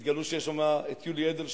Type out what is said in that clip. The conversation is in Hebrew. התגלו, יש בה יולי אדלשטיין,